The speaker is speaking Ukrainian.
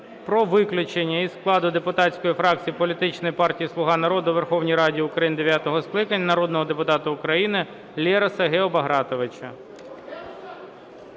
про виключення із складу депутатської фракції політичної партії "Слуга народу" у Верховній Раді України дев'ятого скликання народного депутата України Лероса Гео Багратовича.